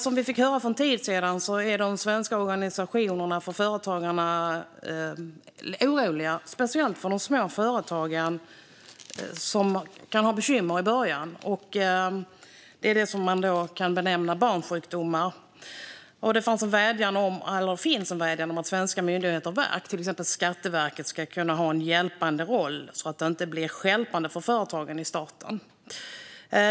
Som vi fick höra för en tid sedan är organisationerna för de svenska företagen oroliga, särskilt för de små företagen som kan ha bekymmer i början - det man kan kalla barnsjukdomar. Det finns en vädjan att svenska myndigheter och verk, till exempel Skatteverket, ska ha en hjälpande roll så att de inte blir stjälpande för företagen i starten.